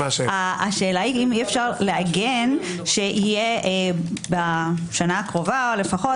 השאלה אם אי אפשר לעגן שיהיה בשנה הקרובה או לפחות